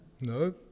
No